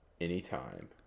anytime